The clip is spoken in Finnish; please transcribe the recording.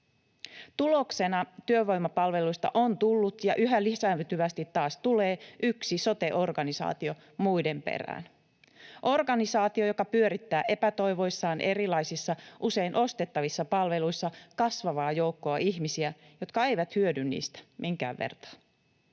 Tuloksena työvoimapalveluista on tullut ja yhä lisääntyvästi taas tulee yksi sote-organisaatio muiden perään, organisaatio, joka pyörittää epätoivoissaan erilaisissa, usein ostettavissa palveluissa kasvavaa joukkoa ihmisiä, jotka eivät hyödy niistä minkään vertaa.